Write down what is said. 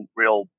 real